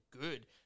good